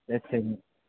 சரி சரிங்க